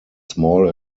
small